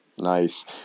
Nice